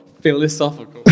philosophical